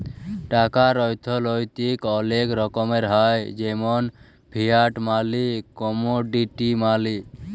টাকার অথ্থলৈতিক অলেক রকমের হ্যয় যেমল ফিয়াট মালি, কমোডিটি মালি